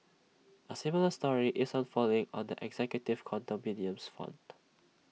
A similar story is unfolding on the executive condominiums front